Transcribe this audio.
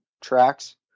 tracks